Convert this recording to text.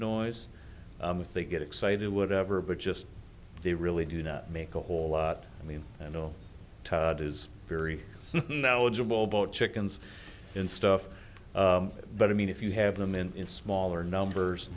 noise if they get excited whatever but just they really do not make a whole lot i mean you know todd is very knowledgeable about chickens and stuff but i mean if you have them in smaller numbers